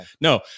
No